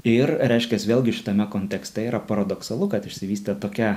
ir reiškias vėlgi šitame kontekste yra paradoksalu kad išsivystė tokia